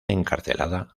encarcelada